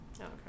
okay